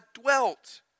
dwelt